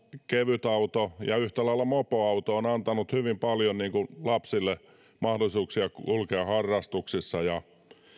kevytauto ja yhtä lailla mopoauto on antanut hyvin paljon lapsille mahdollisuuksia kulkea harrastuksissa ja